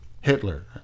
Hitler